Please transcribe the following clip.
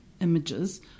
images